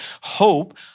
hope